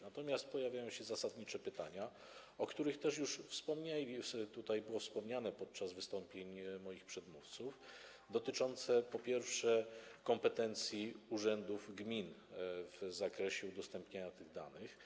Natomiast pojawiają się zasadnicze pytania, które były tutaj wspomniane podczas wystąpień moich przedmówców, dotyczące, po pierwsze, kompetencji urzędów gmin w zakresie udostępniania tych danych.